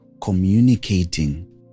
communicating